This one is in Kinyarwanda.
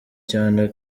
cyane